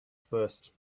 first